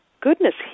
goodness